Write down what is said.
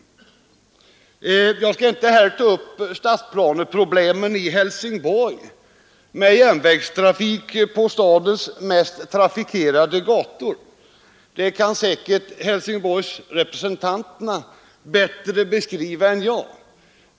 Jag skall inte här ta upp stadsplaneproblemen i Helsingborg med järnvägstrafik på stadens mest trafikerade gator. Det kan säkert Helsingborgsrepresentanterna beskriva bättre än jag.